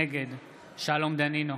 נגד שלום דנינו,